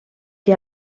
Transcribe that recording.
que